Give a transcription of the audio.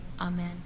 Amen